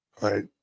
Right